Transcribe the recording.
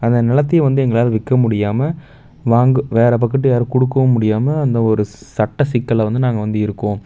அந்த நிலத்தையும் வந்து எங்களால் விற்க முடியாமல் வாங்க வேறு பக்கட்டு யாருக்கும் கொடுக்கவும் முடியாமல் அந்த ஒரு சட்ட சிக்கல்ல வந்து நாங்கள் வந்து இருக்கோம்